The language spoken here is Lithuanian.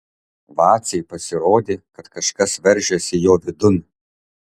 vacei pasirodė kad kažkas veržiasi jo vidun